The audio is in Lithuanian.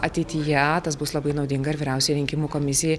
ateityje tas bus labai naudinga ir vyriausiajai rinkimų komisijai